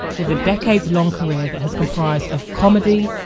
with a decades long career that has comprised of comedy,